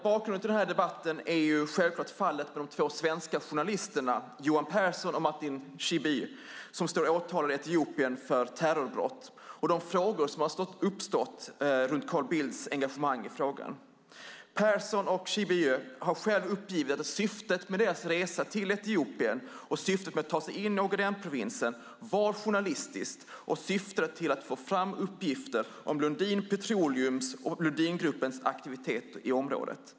Bakgrunden till denna debatt är självklart fallet med de två svenska journalisterna, Johan Persson och Martin Schibbye, som står åtalade i Etiopien för terrorbrott och de frågor som har uppstått runt Carl Bildts engagemang i frågan. Persson och Schibbye har själva uppgivit att syftet med deras resa till Etiopien och syftet med att ta sig in i Ogadenprovinsen var journalistiskt, med målet att få fram uppgifter om Lundin Petroleums och Lundingruppens aktivitet i området.